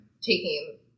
taking